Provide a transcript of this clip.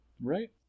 right